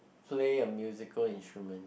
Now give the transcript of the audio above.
play a musical instrument